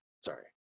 sorry